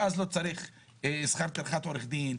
ואז לא צריך שכר טרחת עורך דין,